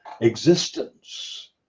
existence